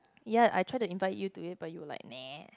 ya I tried to invite you to it but you were like